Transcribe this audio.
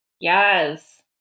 Yes